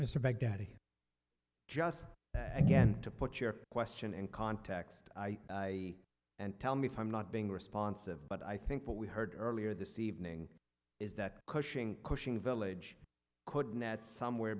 mr baghdadi just again to put your question in context and tell me if i'm not being responsive but i think what we heard earlier this evening is that cushing cushing village could net somewhere